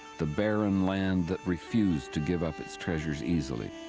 the barren land that refused to give up its treasures easily.